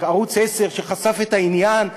לערוץ 10 שחשף את העניין,